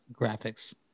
graphics